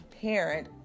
parent